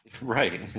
Right